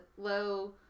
low